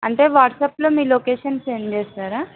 అంటే వాట్సాప్లో మీ లొకేషన్ సెండ్ చేస్తారా